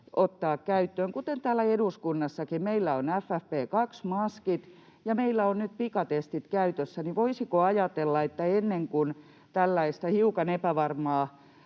ottaa käyttöön, kuten täällä eduskunnassakin meillä on FFP2-maskit ja meillä on nyt pikatestit käytössä. Voisiko ajatella, että ennen kuin tällaista hiukan epävarmaa